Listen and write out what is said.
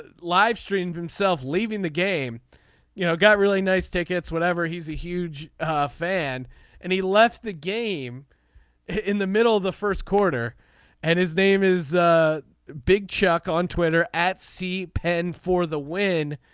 ah livestream himself leaving the game you know got really nice tickets whenever he's a huge fan and he left the game in the middle of the first quarter and his name is big chuck on twitter at c penn for the win.